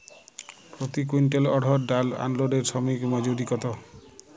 প্রতি কুইন্টল অড়হর ডাল আনলোডে শ্রমিক মজুরি কত?